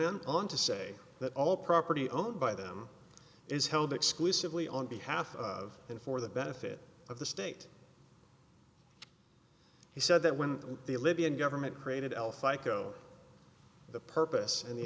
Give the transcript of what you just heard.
on to say that all property owned by them is held exclusively on behalf of and for the benefit of the state he said that when the libyan government created elf psycho the purpose and the